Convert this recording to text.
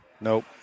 Nope